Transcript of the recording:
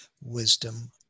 wisdom